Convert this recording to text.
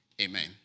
Amen